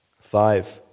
Five